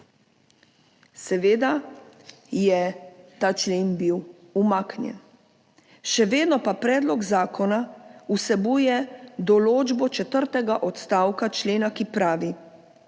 Seveda je bil ta člen umaknjen. Še vedno pa predlog zakona vsebuje določbo četrtega odstavka člena, ki pravi: